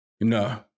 No